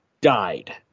died